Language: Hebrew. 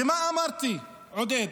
ומה אמרתי, עודד?